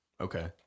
Okay